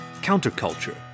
Counterculture